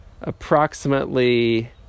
approximately